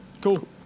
cool